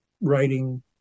writing